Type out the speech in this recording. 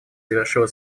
завершила